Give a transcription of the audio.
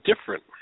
different